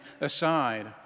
aside